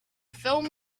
film